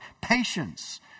Patience